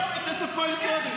לא, מכסף קואליציוני.